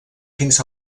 fins